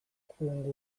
kwunga